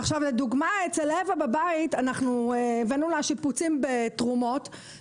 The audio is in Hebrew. לדוגמה, הבאנו תרומות לשיפוצים בבית של אווה.